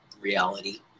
reality